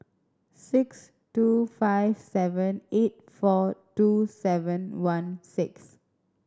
six two five seven eight four two seven one six